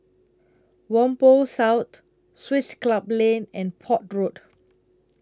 Whampoa South Swiss Club Lane and Port Road